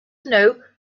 know